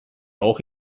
auch